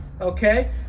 Okay